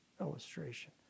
illustration